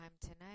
tonight